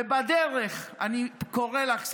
ובדרך אני קורא לך,